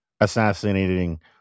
assassinating